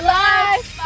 life